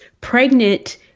pregnant